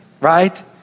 right